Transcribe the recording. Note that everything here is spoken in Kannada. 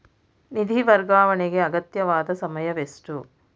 ನಿಧಿ ವರ್ಗಾವಣೆಗೆ ಅಗತ್ಯವಾದ ಸಮಯವೆಷ್ಟು?